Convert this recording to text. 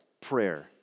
prayer